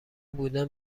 بودم